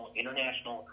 international